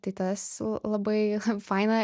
tai tas labai faina